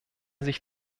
sich